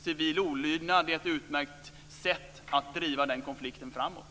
Civil olydnad är ett utmärkt sätt att driva den konflikten framåt.